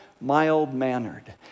mild-mannered